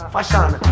Fashion